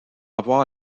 avoir